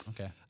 Okay